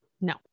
No